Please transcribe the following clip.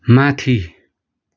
माथि